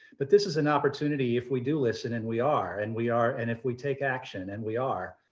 but this is an opportunity if we do listen and we are and we are and if we take action and we are,